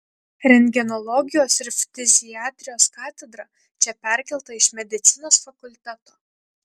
rentgenologijos ir ftiziatrijos katedra čia perkelta iš medicinos fakulteto